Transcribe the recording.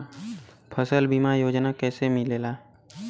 फसल बीमा योजना कैसे मिलेला?